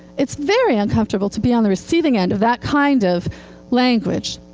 it's very uncomfortable to be on the receiving end of that kind of language.